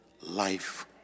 life